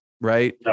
right